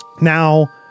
Now